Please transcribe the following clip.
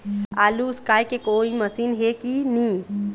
आलू उसकाय के कोई मशीन हे कि नी?